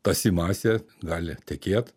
tąsi masė gali tekėt